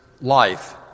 life